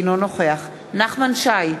אינו נוכח נחמן שי,